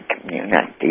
community